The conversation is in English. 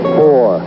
four